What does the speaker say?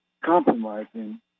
compromising